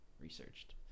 researched